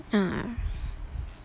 ah